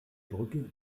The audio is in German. brücke